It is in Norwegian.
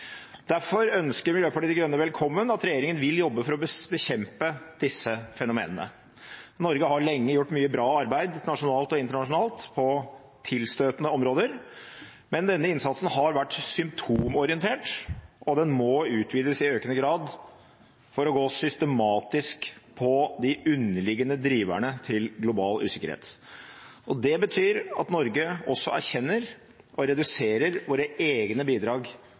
Derfor ønsker Miljøpartiet De Grønne velkommen at regjeringen vil jobbe for å bekjempe disse fenomenene. Norge har lenge gjort mye bra arbeid nasjonalt og internasjonalt på tilstøtende områder, men denne innsatsen har vært symptomorientert, og den må utvides i økende grad for å gå systematisk på de underliggende driverne til global usikkerhet. Det betyr at Norge også erkjenner og reduserer våre egne bidrag